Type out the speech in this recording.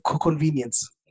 convenience